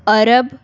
Arab